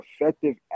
effective